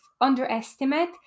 underestimate